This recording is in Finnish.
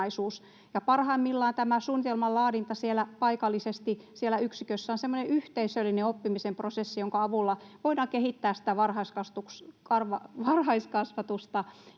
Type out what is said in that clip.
parhaimmillaan tämä suunnitelman laadinta paikallisesti siellä yksikössä on semmoinen yhteisöllinen oppimisen prosessi, jonka avulla voidaan kehittää sitä varhaiskasvatusta